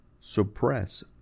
suppress